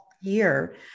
year